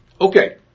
Okay